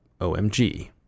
OMG